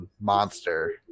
monster